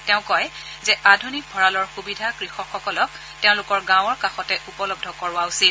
তেওঁ কয় যে আধুনিক ভঁৰালৰ সুবিধা কৃষকসকলক তেওঁলোকৰ গাঁৱৰ কাষতে উপলব্ধ কৰোৱা উচিত